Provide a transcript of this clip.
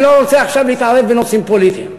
אני לא רוצה עכשיו להתערב בנושאים פוליטיים,